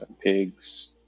pigs